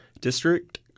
District